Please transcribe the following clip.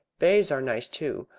bays are nice too,